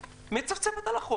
תודה.